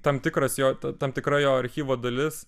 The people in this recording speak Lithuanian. tam tikras jo tai tam tikra jo archyvo dalis